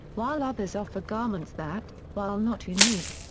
while others offer garments that, while not unique,